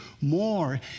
more